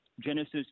Genesis